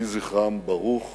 יהי זכרם ברוך